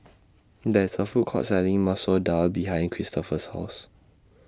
There IS A Food Court Selling Masoor Dal behind Christopher's House